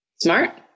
Smart